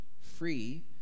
free